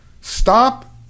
stop